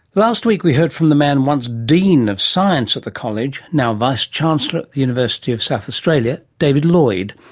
last week we heard from the man once dean of science at the college, now vice chancellor of the university of south australia, david lloyd.